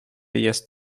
jest